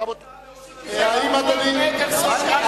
אין הודעה לראש הממשלה?